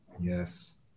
Yes